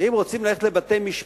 ואם רוצים ללכת לבתי-משפט,